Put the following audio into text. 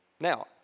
Now